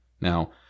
Now